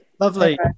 lovely